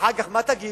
אחר כך מה תגיד?